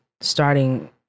starting